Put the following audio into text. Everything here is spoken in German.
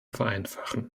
vereinfachen